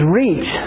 reach